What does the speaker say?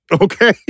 Okay